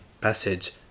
passage